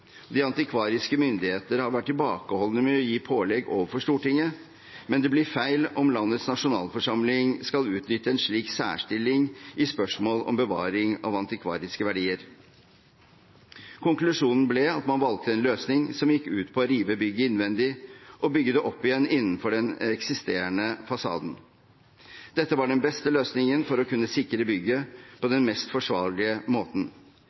De antikvariske myndigheter har vært tilbakeholdne med å gi pålegg overfor Stortinget, men det blir feil om landets nasjonalforsamling skal utnytte en slik særstilling i spørsmål om bevaring av antikvariske verdier. Konklusjonen ble at man valgte en løsning som gikk ut på å rive bygget innvendig og bygge det opp igjen innenfor den eksisterende fasaden. Dette var den beste løsningen for å kunne sikre bygget på den mest forsvarlige måten.